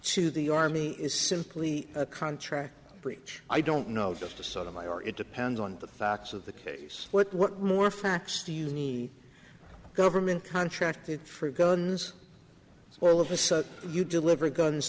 to the army is simply a contract breach i don't know just a sort of my or it depends on the facts of the case what more facts do uni government contracted for guns all of a sudden you deliver guns